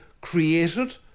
created